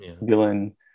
villain